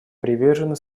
привержены